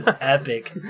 epic